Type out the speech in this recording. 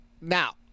Now